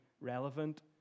relevant